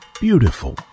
beautiful